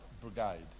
brigade